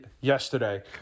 yesterday